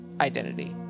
identity